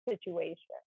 situation